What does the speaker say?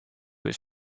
his